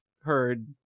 heard